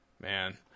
Man